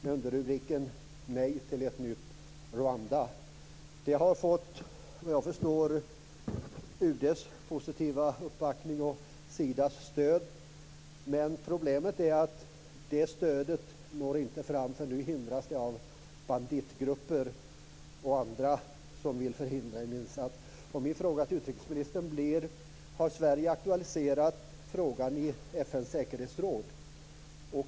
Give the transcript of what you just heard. Enligt vad jag förstått har projektet fått positiv uppbackning från UD och stöd från Sida. Problemet är att stödet inte når fram, utan det förhindras av banditgrupper och andra som vill hindra en insats. Min fråga till utrikesministern är: Har Sverige aktualiserat frågan i FN:s säkerhetsråd?